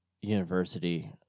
university